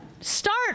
start